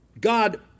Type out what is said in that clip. God